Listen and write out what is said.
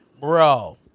bro